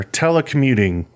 telecommuting